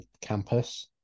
campus